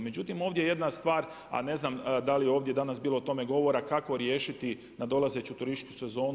Međutim, ovdje je jedna stvar, a ne znam da li je ovdje danas bilo o tome govora kako riješiti nadolazeću turističku sezonu.